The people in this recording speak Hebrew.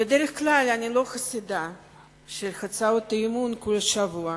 בדרך כלל אני לא חסידה של הצעות אי-אמון כל שבוע.